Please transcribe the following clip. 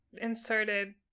inserted